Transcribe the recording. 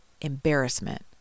embarrassment